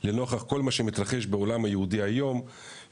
לנוכח כל מה שמתרחש בעולם היהודי היום,